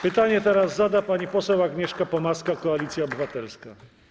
Pytanie teraz zada pani poseł Agnieszka Pomaska, Koalicja Obywatelska.